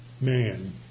man